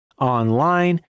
online